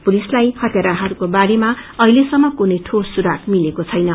पुलिसलाई इत्याराहरूको बारेमा अख्लिसम्म कुनै ठोस सुराग मिलेको छैन